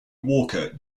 walker